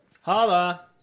Holla